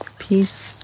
peace